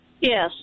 Yes